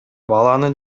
баланы